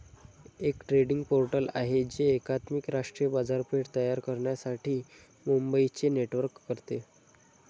एक trading portal आहे जे एकात्मिक राष्ट्रीय बाजारपेठ तयार करण्यासाठी मंडईंचे नेटवर्क करते